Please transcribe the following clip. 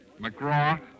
McGraw